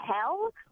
hell